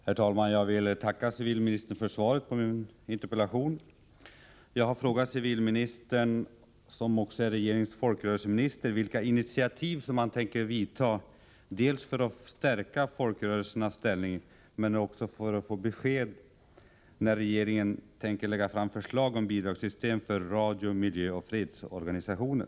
Herr talman! Jag vill tacka civilministern för svaret på min interpellation. Jag har frågat civilministern, som också är regeringens folkrörelseminister, vilka initiativ han tänker vidta för att stärka folkrörelsernas ställning. Jag vill stärka folkrörelsernas roll också ha besked om när regeringen tänker lägga fram förslag om bidragssystem för radio-, miljöoch fredsorganisationer.